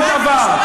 כל דבר,